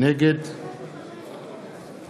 נגד